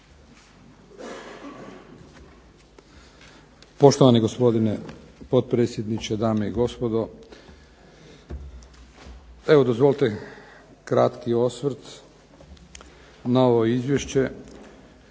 Poštovani gospodine potpredsjedniče, dame i gospodo. Evo, dozvolite kratki osvrt na ovo izvješće.